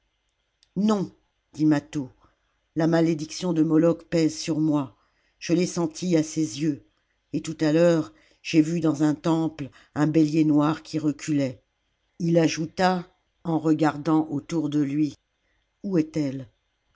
non dit mâtho la malédiction de moloch pèse sur moi je l'ai senti à ses yeux et tout à l'heure j'ai vu dans un temple un béher noir qui reculait il ajouta en regardant autour de lui où est-elle